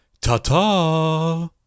Ta-ta